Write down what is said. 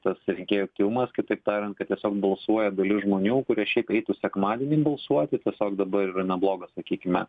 tas rinkėjų aktyvumas kitaip tariant kad tiesiog balsuoja dalis žmonių kurie šiaip eitų sekmadienį balsuoti tiesiog dabar yra neblogas sakykime